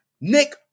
Nick